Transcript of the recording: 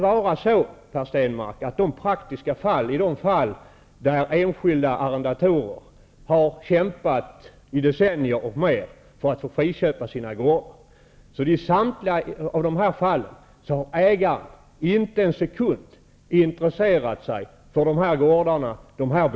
I samtliga praktiska fall där enskilda arrendatorer har kämpat i decennier och längre för att få friköpa sina gårdar har inte ägaren en sekund intresserat sig för dessa gårdar och byggnader.